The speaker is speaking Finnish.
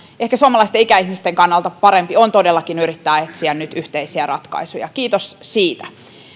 ehkä suomalaisten ikäihmisten kannalta parempi on todellakin yrittää etsiä nyt yhteisiä ratkaisuja kiitos siitä